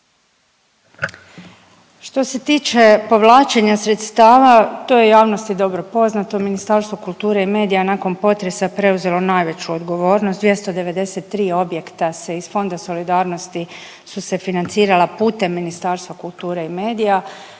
Što se tiče povlačenja sredstava to je javnosti dobro poznato. Ministarstvo kulture i medija nakon potresa preuzelo je najveću odgovornost 293 objekta se iz Fonda solidarnosti su se financirala putem Ministarstva kulture i medija.